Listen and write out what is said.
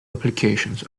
applications